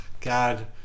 God